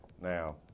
now